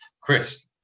Chris